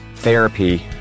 therapy